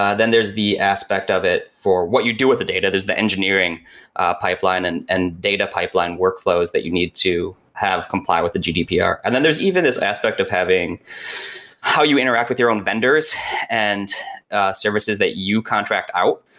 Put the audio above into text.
ah then there's the aspect of it for what you do with the data. there's the engineering ah pipeline and and data pipeline workflows that you need to have comply with the gdpr and then there's even this aspect of having how you interact with your own vendors and services that you contract out,